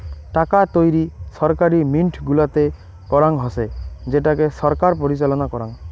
টাকা তৈরী ছরকারি মিন্ট গুলাতে করাঙ হসে যেটাকে ছরকার পরিচালনা করাং